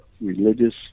religious